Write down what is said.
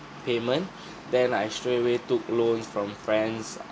payment then I straight away took loans from friends